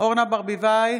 אורנה ברביבאי,